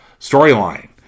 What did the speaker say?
storyline